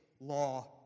law